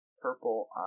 purple